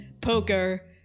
poker